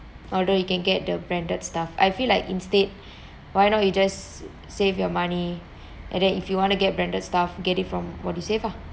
although you can get the branded stuff I feel like instead why not you just save your money and then if you want to get branded stuff get it from what you save lah